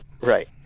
right